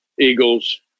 Eagles